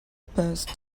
past